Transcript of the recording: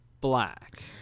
Black